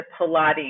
Pilates